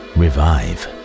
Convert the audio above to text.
revive